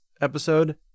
episode